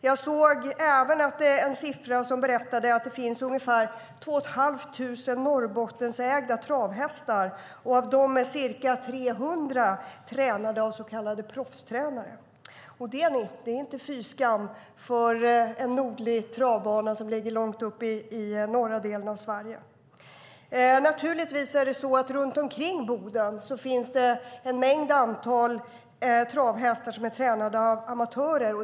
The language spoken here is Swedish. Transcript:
Jag har även sett en siffra som berättar att det finns ungefär 2 500 norrbottensägda travhästar. Av dem är ca 300 tränade av så kallade proffstränare. Det är inte fy skam för en nordlig travbana som ligger långt uppe i norra delen av Sverige! Runt omkring Boden finns det också ett stort antal travhästar som är tränade av amatörer.